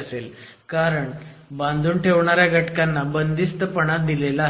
असेल कारण बांधून ठेवणाऱ्या घटकांनी बंदिस्त पणा दिला आहे